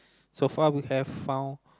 so far we have found